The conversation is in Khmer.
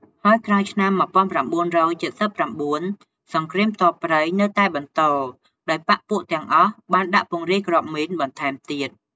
ហើយក្រោយឆ្នាំ ១៩៧៩ សង្រ្គាមទ័ពព្រៃនៅតែបន្តដោយបក្សពួកទាំងអស់បានដាក់ពង្រាយគ្រាប់មីនបន្ថែមទៀត។